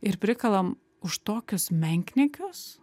ir prikalam už tokius menkniekius